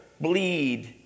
bleed